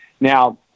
Now